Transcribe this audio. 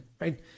right